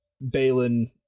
Balin